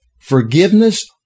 Forgiveness